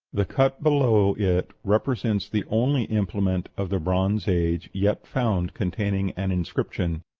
the cut below it represents the only implement of the bronze age yet found containing an inscription.